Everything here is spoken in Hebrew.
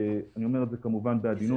אני אומר את זה כמובן בעדינות